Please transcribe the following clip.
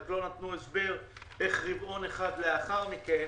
רק לא נתנו הסבר איך ברבעון אחד לאחר מכן